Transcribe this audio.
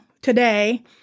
today